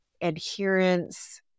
adherence